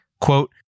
quote